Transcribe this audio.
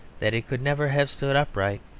that it could never have stood upright.